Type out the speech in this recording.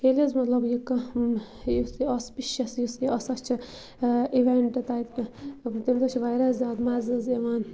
ییٚلہِ حظ مطلب یہِ کانٛہہ یُس یہِ آسپِشَس یُس یہِ آسان چھُ اِوٮ۪نٛٹ تَتہِ تمہِ دۄہ چھِ واریاہ زیادٕ مَزٕ حظ یِوان